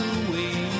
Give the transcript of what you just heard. away